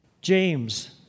James